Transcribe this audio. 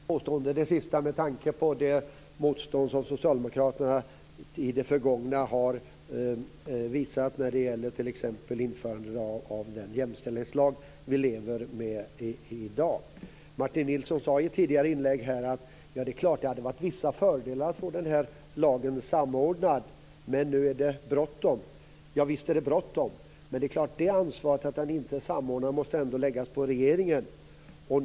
Fru talman! Det sista var ett häftigt påstående med tanke på det motstånd som socialdemokraterna har visat i det förgångna när det gäller t.ex. införande av den jämställdhetslag vi lever med i dag. Martin Nilsson sade i ett tidigare inlägg att det hade varit vissa fördelar med att få lagen samordnad, men att det nu är bråttom. Javisst är det bråttom. Men ansvaret för att det inte är någon samordning måste ändå läggas på regeringen.